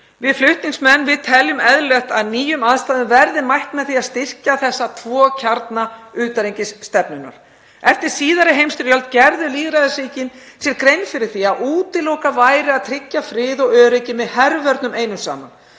Við flutningsmenn teljum eðlilegt að nýjum aðstæðum verði mætt með því að styrkja þessa tvo kjarna utanríkisstefnunnar. Eftir síðari heimsstyrjöld gerðu lýðræðisríkin sér grein fyrir því að útilokað væri að tryggja frið og öryggi með hervörnum einum saman.